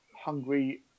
hungry